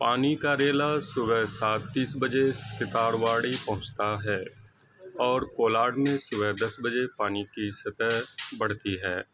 پانی کا ریلا صبح سات تیس بجے ستارواڑی پہنچتا ہے اور کولاڈ میں صبح دس بجے پانی کی سطح بڑھتی ہے